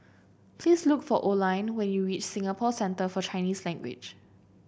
please look for Oline when you reach Singapore Centre For Chinese Language